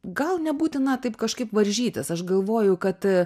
gal nebūtina taip kažkaip varžytis aš galvoju kad